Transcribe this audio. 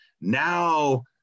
Now